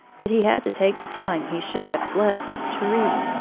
but he had to take the time he should have slept to read,